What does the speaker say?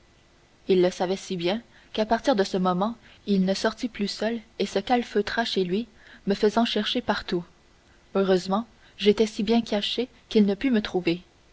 il le savait si bien qu'à partir de ce moment il ne sortit plus seul et se calfeutra chez lui me faisant chercher partout heureusement j'étais si bien caché qu'il ne put me trouver